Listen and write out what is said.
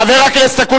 חבר הכנסת אקוניס.